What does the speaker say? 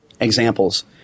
examples